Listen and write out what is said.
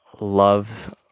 love